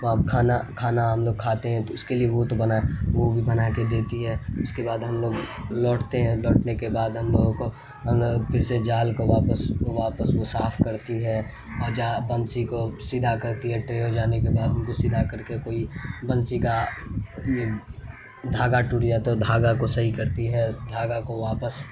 وہاں کھانا کھانا ہم لوگ کھاتے ہیں تو اس کے لیے وہ تو بنا وہ بھی بنا کے دیتی ہے اس کے بعد ہم لوگ لوٹتے ہیں لوٹنے کے بعد ہم لوگوں کو پھر سے جال کو واپس واپس وہ صاف کرتی ہے اور بنسی کو سیدھا کرتی ہے ٹیڑھی ہو جانے کے بعد ان کو سیدھا کر کے کوئی بنسی کا یہ دھاگا ٹوٹ جاتا ہے تو دھاگا کو صحیح کرتی ہے دھاگا کو واپس